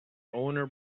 owner